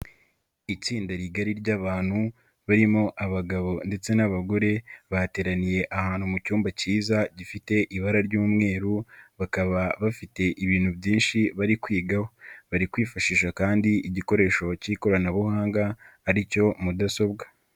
Itsinda rigari ry'abantu barimo abagabo ndetse n'abagore bateraniye ahantu mu cyumba kiza gifite ibara ry'umweru, bakaba bafite ibintu byinshi bari kwigaho barikwifashisha kandi igikoresho k'ikoranabuhanga ari cyo mudasobwa.